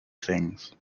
things